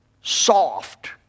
soft